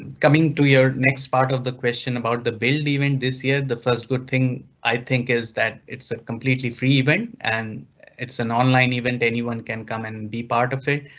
coming to your next part of the question about the build event this year, the first good thing i think is that it's a completely free event an it's an online event. anyone can come and be part of it.